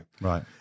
right